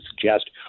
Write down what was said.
suggest